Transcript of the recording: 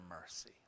mercy